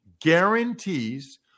guarantees